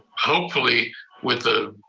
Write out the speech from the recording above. hopefully with the,